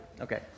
Okay